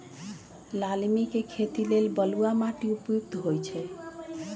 लालमि के खेती लेल बलुआ माटि उपयुक्त होइ छइ